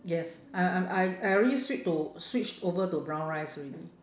yes I I'm I I already switch to switch over to brown rice already